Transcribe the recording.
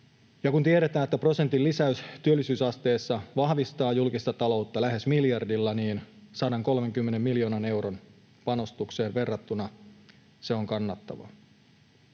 Ja kun tiedetään, että prosentin lisäys työllisyysasteessa vahvistaa julkista taloutta lähes miljardilla, niin 130 miljoonan euron panostukseen verrattuna se on kannattavaa.